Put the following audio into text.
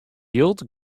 jild